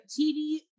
TV